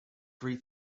three